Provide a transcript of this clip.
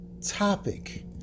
topic